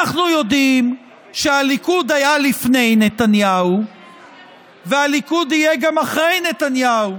אנחנו יודעים שהליכוד היה לפני נתניהו והליכוד יהיה גם אחרי נתניהו.